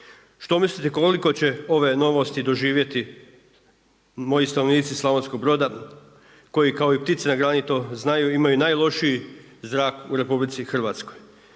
Što mislite koliko će ove novosti doživjeti moji stanovnici Slavonskog Broda koji kao i ptice na grani to znaju, imaju najlošiji zrak u RH? Da li se